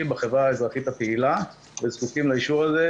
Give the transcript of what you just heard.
בחברה האזרחית הפעילה וזקוקים לאישור הזה.